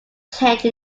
change